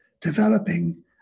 developing